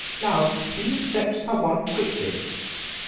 now please fetch some one quickly.